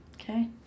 Okay